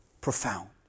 profound